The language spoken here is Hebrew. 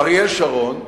אריאל שרון: